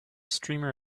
streamer